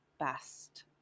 best